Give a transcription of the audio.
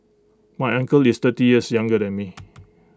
my uncle is thirty years younger than me